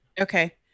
Okay